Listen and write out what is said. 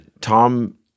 Tom